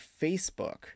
Facebook